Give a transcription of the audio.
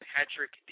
Patrick